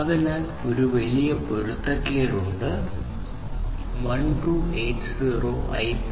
അതിനാൽ ഒരു വലിയ പൊരുത്തക്കേട് ഉണ്ട് 1280 IPv6 ഉം 802